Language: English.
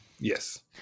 Yes